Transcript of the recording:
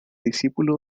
discípulo